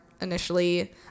initially